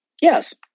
Yes